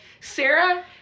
Sarah